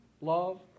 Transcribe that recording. love